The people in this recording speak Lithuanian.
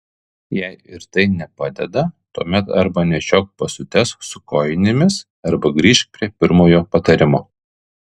jei ir tai nepadeda tuomet arba nešiok basutes su kojinėmis arba grįžk prie pirmojo patarimo